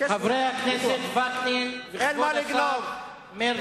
חבר הכנסת וקנין וכבוד השר מרגי.